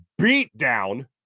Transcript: beatdown